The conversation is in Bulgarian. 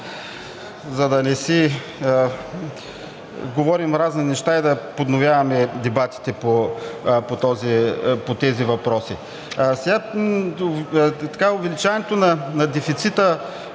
за да не си говорим разни неща и да подновяваме дебатите по тези въпроси. Увеличаването на дефицита,